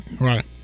right